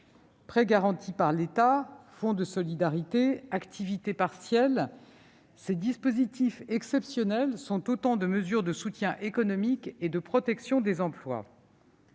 Prêts garantis par l'État, fonds de solidarité, activité partielle : ces dispositifs exceptionnels sont autant de mesures de soutien économique et de protection des emplois.